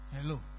Hello